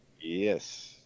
Yes